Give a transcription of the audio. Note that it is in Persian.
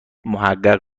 محقق